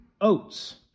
Oats